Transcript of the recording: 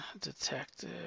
Detective